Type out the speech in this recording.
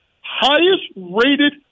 highest-rated